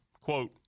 quote